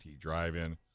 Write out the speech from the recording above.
Drive-In